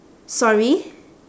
sorry